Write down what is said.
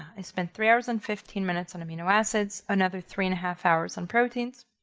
i spent three hours and fifteen minutes on amino acids, another three and a half hours on proteins.